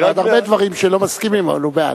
הוא בעד הרבה דברים שלא מסכימים, אבל הוא בעד.